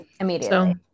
immediately